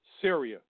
Syria